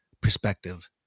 perspective